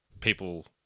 people